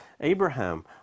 Abraham